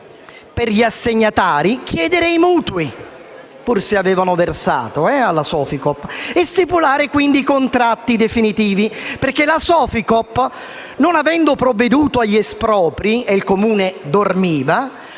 per gli assegnatari chiedere i mutui (sebbene avessero versato alla Soficoop) e stipulare quindi i contratti definitivi, perché la Soficoop, non avendo provveduto agli espropri (mentre il Comune dormiva),